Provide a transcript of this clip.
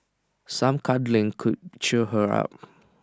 some cuddling could cheer her up